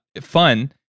fun